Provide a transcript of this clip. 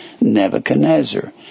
Nebuchadnezzar